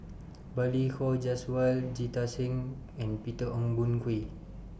Balli Kaur Jaswal Jita Singh and Peter Ong Boon Kwee